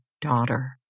daughter